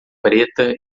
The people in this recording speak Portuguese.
preta